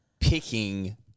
picking